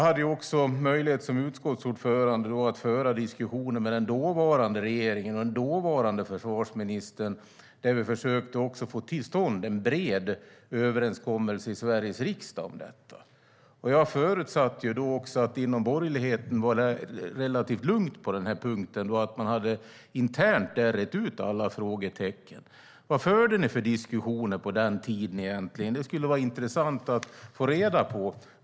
Som utskottsordförande hade jag möjlighet att föra diskussioner med den dåvarande regeringen och den dåvarande försvarsministern, där vi försökte få till stånd en bred överenskommelse i Sveriges riksdag om detta. Jag förutsatte att det var relativt lugnt inom borgerligheten på den här punkten och att man internt hade rett ut alla frågetecken. Vad förde ni för diskussioner på den tiden egentligen? Det skulle vara intressant att få reda på det.